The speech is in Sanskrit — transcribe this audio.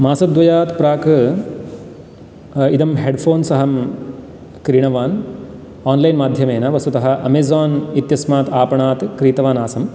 मासद्वयात् प्राक इदं हेड् फ़ोन्स् अहं क्रीणवान् आन्लैन् माध्येमेन वस्तुतः अमेज़ान् इत्यस्मात् आपणात् क्रीतवान् आसम्